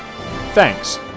Thanks